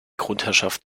grundherrschaft